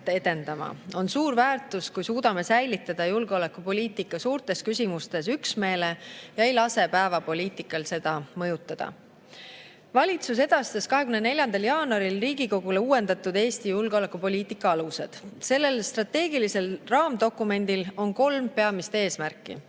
edendama. On suur väärtus, kui suudame säilitada julgeolekupoliitika suurtes küsimustes üksmeele ega lase päevapoliitikal seda mõjutada. Valitsus edastas 24. jaanuaril Riigikogule uuendatud "Eesti julgeolekupoliitika alused". Sellel strateegilisel raamdokumendil on kolm peamist eesmärki.